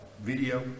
video